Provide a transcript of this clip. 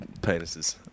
penises